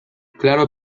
claro